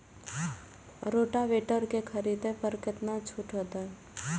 Rotavator के खरीद पर केतना छूट होते?